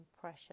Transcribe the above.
pressure